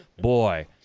boy